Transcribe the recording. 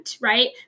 right